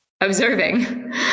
observing